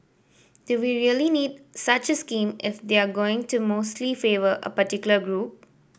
do we really need such scheme if they're going to mostly favour a particular group